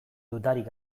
dudarik